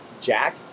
Jack